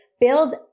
Build